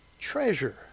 treasure